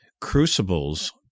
Crucibles